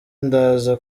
ndaza